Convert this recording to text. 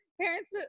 Parents